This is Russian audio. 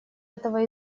этого